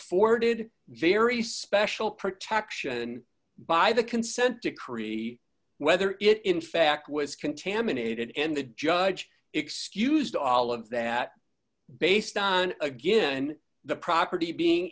orded very special protection by the consent decree whether it in fact was contaminated and the judge excused all of that based on again the property being